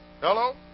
Hello